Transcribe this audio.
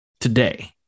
today